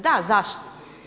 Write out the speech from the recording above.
Da zašto?